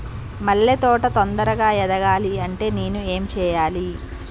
మల్లె తోట తొందరగా ఎదగాలి అంటే నేను ఏం చేయాలి?